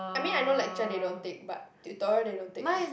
I mean I know lecture they don't take but tutorial they don't take ah